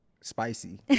spicy